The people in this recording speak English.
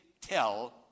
tell